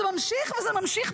זה ממשיך וזה ממשיך,